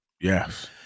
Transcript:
Yes